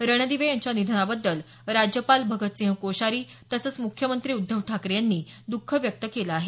रणदिवे यांच्या निधनाबदुदल राज्यपाल भगतसिंह कोश्यारी तसंच मुख्यमंत्री उद्धव ठाकरे यांनी द ख व्यक्त केलं आहे